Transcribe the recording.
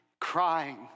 crying